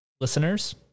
listeners